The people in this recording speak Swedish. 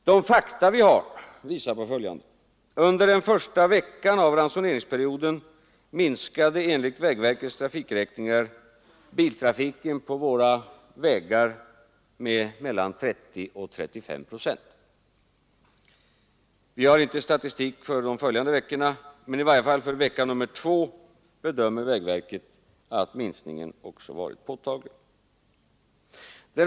De fakta vi har visar följande: Under den första veckan av ransoneringsperioden minskade enligt vägverkets trafikräkningar biltrafiken på våra vägar med mellan 30 och 35 procent. Vi har inte statistik för de följande veckorna, men i varje fall för vecka 2 bedömer vägverket det så att minskningen varit påtaglig.